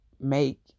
make